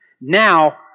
Now